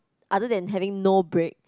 other than having no break